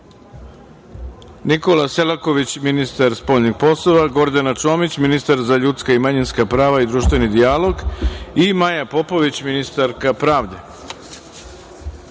Nikola Selaković, ministar spoljnih poslova, Gordana Čomić, ministar za ljudska i manjinska prava i društveni dijalog i Maja Popović, ministarka